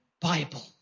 Bible